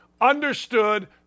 understood